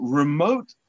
remote